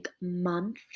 month